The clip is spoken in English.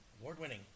Award-winning